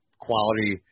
quality